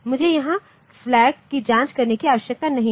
मुझे यहां फ्लैग की जांच करने की आवश्यकता नहीं है